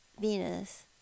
Venus